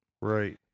Right